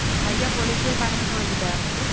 अच्छा इहा पॉलिसीअ जे बारे में ॿुधायो मूंखे